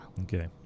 Okay